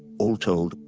all told,